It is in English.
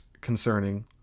concerning